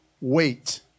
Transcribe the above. wait